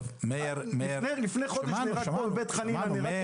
לפני חודש נהרג פועל בבית חנינה.